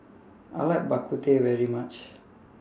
I like Bak Kut Teh very much